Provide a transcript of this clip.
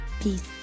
Peace